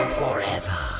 forever